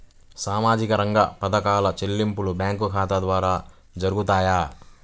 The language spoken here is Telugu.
సామాజిక రంగ పథకాల చెల్లింపులు బ్యాంకు ఖాతా ద్వార జరుగుతాయా?